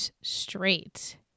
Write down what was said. straight